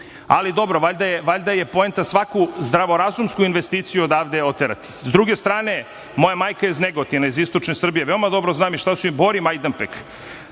Ali, dobro, valjda je poenta svaku zdravorazumsku investiciju odavde oterati. Sa druge strane, moja majka je iz Negotina, iz istočne Srbije. Veoma dobro znam i šta su Bor i Majdanpek.